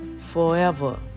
forever